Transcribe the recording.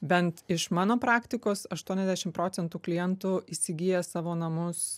bent iš mano praktikos aštuoniasdešim procentų klientų įsigyja savo namus